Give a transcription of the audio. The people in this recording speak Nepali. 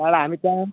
तर हामी चाहिँ